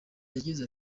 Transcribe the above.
yagize